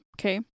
okay